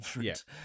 Yes